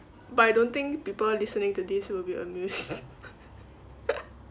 but I don't think people listening to this will be amused